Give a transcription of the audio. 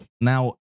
Now